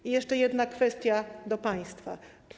I jeszcze jedna kwestia do państwa.